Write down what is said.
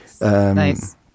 nice